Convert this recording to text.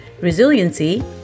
resiliency